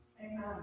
Amen